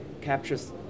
captures